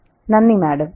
ഗായത്രി നന്ദി മാഡം